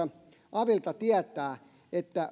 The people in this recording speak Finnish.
avilta tietää että